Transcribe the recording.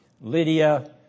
Lydia